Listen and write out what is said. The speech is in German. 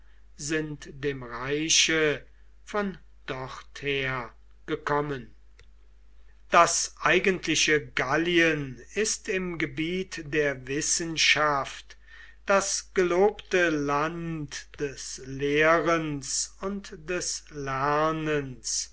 sind dem reiche von dorther gekommen das eigentliche gallien ist im gebiet der wissenschaft das gelobte land des lehrens und des lernens